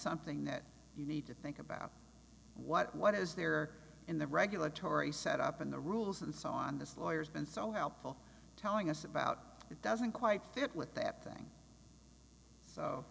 something that you need to think about what what is there in the regulatory set up in the rules and so on this lawyers been so helpful telling us about it doesn't quite fit with that thing